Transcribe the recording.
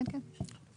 כן, כן.